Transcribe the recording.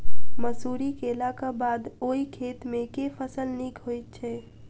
मसूरी केलाक बाद ओई खेत मे केँ फसल नीक होइत छै?